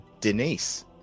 Denise